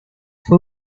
fue